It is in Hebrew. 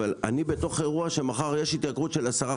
אבל אני בתוך אירוע שמחר יש התייקרות של 10%,